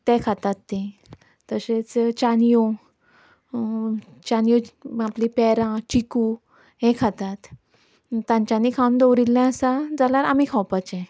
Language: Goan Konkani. ते खातात तीं तशेंच चान्यो चान्याो आपलीं पेरां चिकू हें खातात तांच्यांनी खावन दवरिल्लें आसा जाल्यर आमी खावपाचें